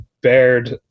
bared